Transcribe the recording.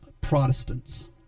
Protestants